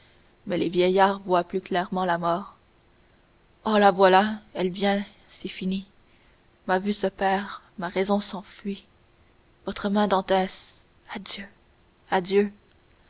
mais les vieillards voient plus clairement la mort oh la voilà elle vient c'est fini ma vue se perd ma raison s'enfuit votre main dantès adieu adieu